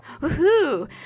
Woo-hoo